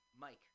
Mike